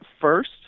first